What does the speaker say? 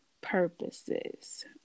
Purposes